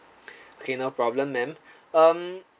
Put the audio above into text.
okay no problem ma'am um